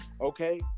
okay